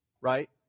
right